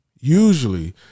usually